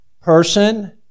person